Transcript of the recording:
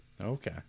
Okay